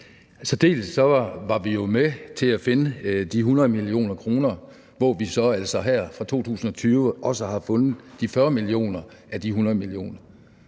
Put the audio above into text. Vi var jo med til at finde de 100 mio. kr., hvor vi så altså her fra 2020 også har fundet de 40 mio. kr. af